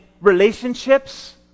relationships